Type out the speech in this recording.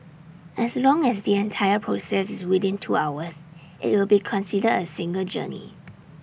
as long as the entire process is within two hours IT will be considered A single journey